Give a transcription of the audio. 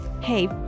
Hey